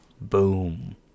Boom